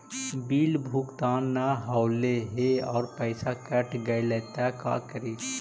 Bill भुगतान न हौले हे और पैसा कट गेलै त का करि?